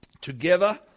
together